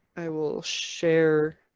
i will share.